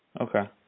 Okay